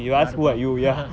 யாருப்பா: yaarupaa